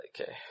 Okay